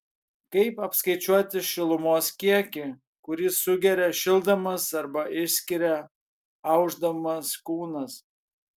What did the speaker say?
kaip apskaičiuoti šilumos kiekį kurį sugeria šildamas arba išskiria aušdamas kūnas